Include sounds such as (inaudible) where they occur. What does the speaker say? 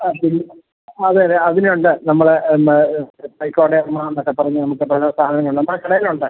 ആ ശരി അതെ അതെ അതിനുണ്ട് നമ്മളെ (unintelligible) എന്നൊക്കെ പറഞ്ഞ് നമുക്കെപ്പോഴും സാധനം കൊണ്ടുവന്ന് നമ്മുടെ കടയിലുണ്ട്